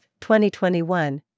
2021